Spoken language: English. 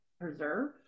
preserve